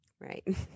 right